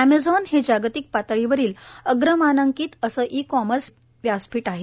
Amazon हे जागतिक पातळीवरील अग्रमानांकीत असे ई कॉमर्स व्यासपीठ आहे